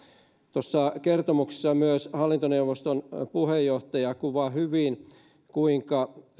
tuossa kertomuksessa myös hallintoneuvoston puheenjohtaja kuvaa hyvin kuinka